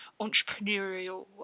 entrepreneurial